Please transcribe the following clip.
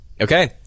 okay